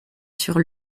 sur